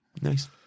nice